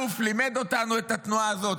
לימד אותנו את התנועה הזאת,